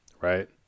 Right